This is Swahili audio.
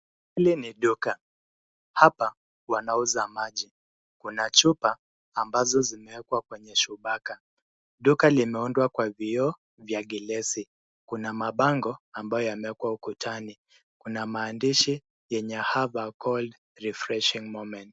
Hili ni duka. Hapa wanauza maji. Kuna chupa ambazo zimewekwa kwenye shubaka. Duka limeundwa kwa vioo vya glesi. Kuna mbango ambayo yamewekwa ukutani. Kuna maandishi yenye have a cold refreshing moment .